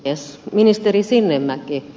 eräs ministeri sinnemäki